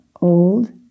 old